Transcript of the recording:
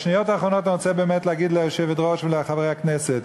בשניות האחרונות אני רוצה להגיד ליושבת-ראש ולחברי הכנסת: